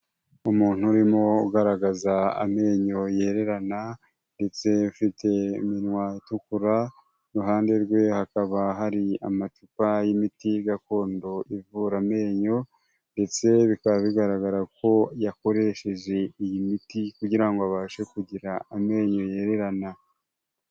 Umuntu urimo ugaragaza amenyo yererana, ndetse afite iminwa itukura, iruhande rwe hakaba hari amacupa y'imiti gakondo ivura amenyo, ndetse bikaba bigaragara ko yakoresheje iyi miti kugira ngo abashe kugira amenyo yererana.